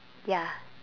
ya